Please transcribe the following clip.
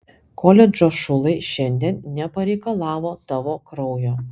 koledžo šulai šiandien nepareikalavo tavo kraujo